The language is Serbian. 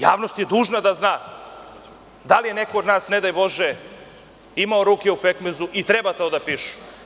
Javnost je dužna da zna da li je neko od nas, ne daj bože, imao ruke u pekmezu i treba to da pišu.